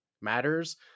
matters